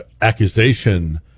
accusation